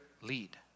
lead